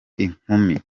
inkumi